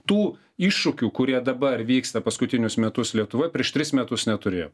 tų iššūkių kurie dabar vyksta paskutinius metus lietuvoj prieš tris metus neturėjo